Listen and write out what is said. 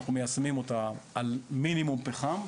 שאנחנו מיישמים אותה על מינימום פחם.